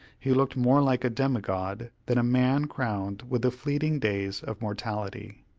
he looked more like a demigod than a man crowned with the fleeting days of mortality.